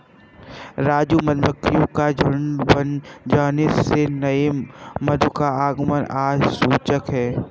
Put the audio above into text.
राजू मधुमक्खियों का झुंड बन जाने से नए मधु का आगमन का सूचक है